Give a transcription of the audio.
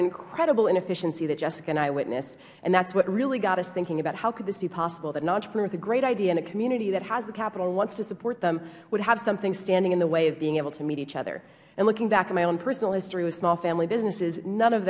incredible inefficiency that jessica and i witnessed and that's what really got us thinking about how could this be possible that an entrepreneur with a great idea and a community that has the capital and wants to support them would have something standing in the way of being able to meet each other and looking back at my own personal history with small family businesses none of